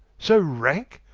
so rancke?